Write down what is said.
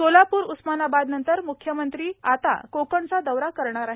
सोलापूर उस्मानाबादनंतर म्ख्यमंत्री आता कोकणचा दौरा करणार आहेत